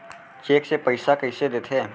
Cheque से पइसा कइसे देथे?